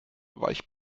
weich